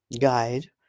guide